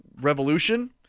revolution